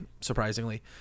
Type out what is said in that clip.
surprisingly